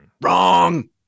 Wrong